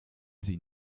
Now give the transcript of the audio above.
sie